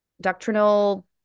doctrinal